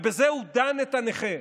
בזה הוא דן את הנכה,